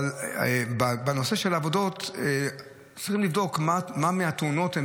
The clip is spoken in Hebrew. אבל בנושא של העבודות צריך לבדוק אילו מהתאונות הן